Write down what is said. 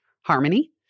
harmony